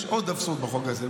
יש עוד אבסורד בחוק הזה.